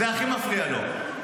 זה הכי מפריע לו.